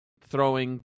throwing